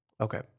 Okay